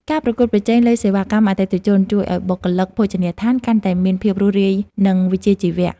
ការប្រកួតប្រជែងលើសេវាកម្មអតិថិជន ជួយឱ្យបុគ្គលិកភោជនីយដ្ឋានកាន់តែមានភាពរួសរាយនិងវិជ្ជាជីវៈ។